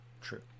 True